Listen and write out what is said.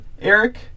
Eric